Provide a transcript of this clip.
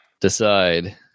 Decide